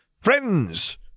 Friends